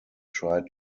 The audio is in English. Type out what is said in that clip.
tried